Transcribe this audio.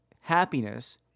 happiness